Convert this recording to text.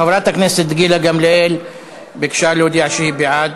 חברת הכנסת גילה גמליאל ביקשה להודיע שהיא בעד,